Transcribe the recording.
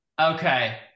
Okay